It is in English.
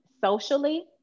socially